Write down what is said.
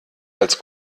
als